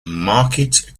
market